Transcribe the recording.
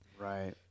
Right